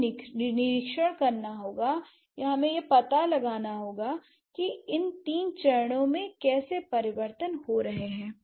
हमें निरीक्षण करना होगा या हमें यह पता लगाना होगा कि इन तीन चरणों में कैसे परिवर्तन हो रहे हैं